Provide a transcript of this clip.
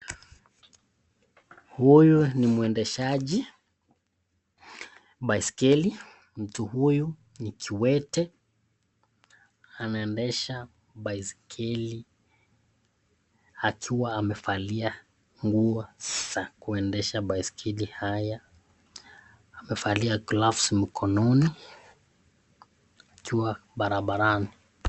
Huyu nimwendeshaji baiskeli. Mtu huyu ni kiwete anaendesha baiskeli akiwa amevalia nguo za kuendesha baiskeli haya. Amevalia gloves mkononi akiwa barabarani.